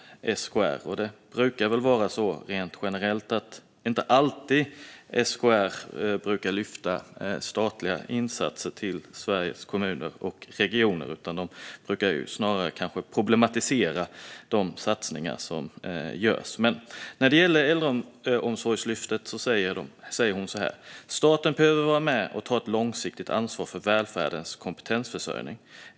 SKR brukar inte alltid lyfta fram statliga insatser till Sveriges Kommuner och Regioner. De brukar snarare kanske problematisera de satsningar som görs. Men när det gäller Äldreomsorgslyftet säger Caroline Olsson, som är arbetsgivarpolitiskt ansvarig på SKR: "Staten behöver vara med och ta ett långsiktigt ansvar för välfärdens kompetensförsörjning.